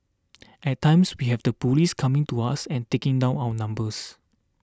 at times we have the police coming to us and taking down our numbers